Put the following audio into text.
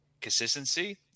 consistency